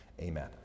Amen